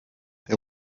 der